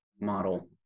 model